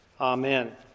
Amen